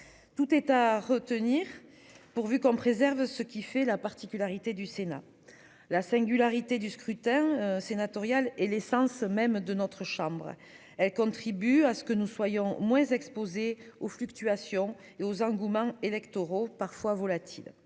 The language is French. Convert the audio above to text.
Tout est à retenir, pourvu qu'on préserve ce qui fait la particularité du Sénat la singularité du scrutin sénatorial est l'essence même de notre chambre elle contribue à ce que nous soyons moins exposés aux fluctuations et aux arguments électoraux parfois volatile.